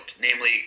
namely